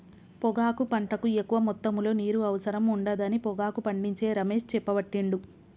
పొగాకు పంటకు ఎక్కువ మొత్తములో నీరు అవసరం ఉండదని పొగాకు పండించే రమేష్ చెప్పబట్టిండు